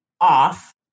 off